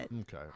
Okay